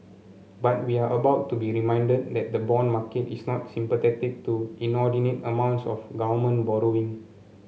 but we are about to be reminded that the bond market is not sympathetic to inordinate amounts of government borrowing